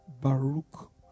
Baruch